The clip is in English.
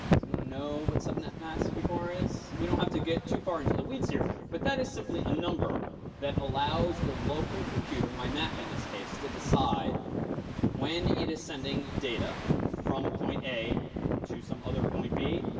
someone know what subnet mask before is? we don't have to get too far into the weeds here. but that is simply a number that allows allows the local computer my mac in this case to decide when it is sending data from point a to some other point b,